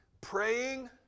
Praying